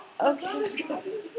okay